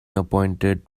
appointed